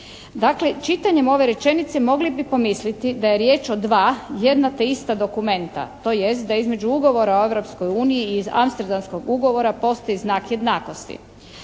Dakle, čitanjem ove rečenice mogli bi pomisliti da je riječ o dva jedna te ista dokumenta, tj. da između Ugovora o Europskoj uniji i Amsterdamskog ugovora postoji znak jednakosti.